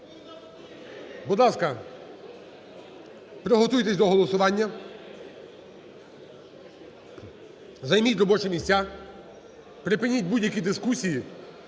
Будь ласка, приготуйтесь до голосування, займіть робочі місця, припиніть будь-які дискусії